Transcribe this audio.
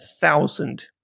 thousand